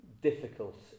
difficult